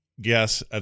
guess